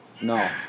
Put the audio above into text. No